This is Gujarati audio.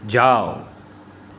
જાવ